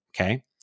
Okay